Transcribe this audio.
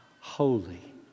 holy